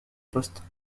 poste